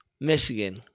Michigan